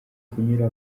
kunyura